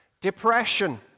Depression